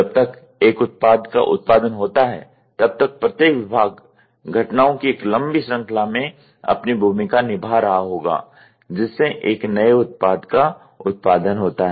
जब तक एक उत्पाद का उत्पादन होता है तब तक प्रत्येक विभाग घटनाओं की एक लंबी श्रृंखला में अपनी भूमिका निभा रहा होगा जिससे एक नए उत्पाद का उत्पादन होता है